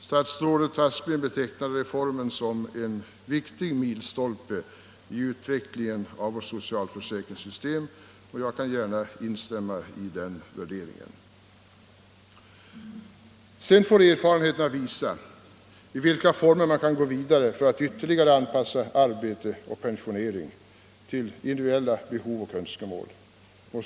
Statsrådet Aspling betecknar reformen som en viktig milstolpe i utvecklingen av vårt socialförsäkringssystem. Jag kan gärna instämma i den värderingen. Sedan får erfarenheterna visa i vilka former man kan gå vidare för att ytterligare anpassa arbete och pensionering till individuella behov och önskemål.